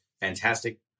fantastic